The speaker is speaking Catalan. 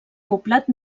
poblat